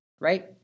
right